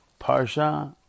Parsha